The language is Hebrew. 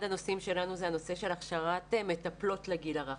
הנושאים שלנו הוא הנושא של הכשרת מטפלות לגיל הרך.